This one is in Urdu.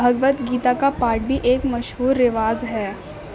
بھگود گیتا کا پاٹھ بھی ایک مشہور رواج ہے